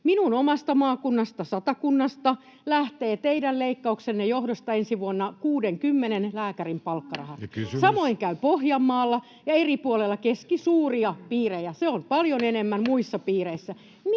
Minun omasta maakunnastani Satakunnasta lähtee teidän leikkauksenne johdosta ensi vuonna 60 lääkärin palkkarahat. [Puhemies: Kysymys?] Samoin käy Pohjanmaalla ja eri puolilla keskisuuria piirejä. Se on paljon enemmän muissa piireissä.